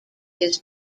his